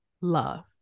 love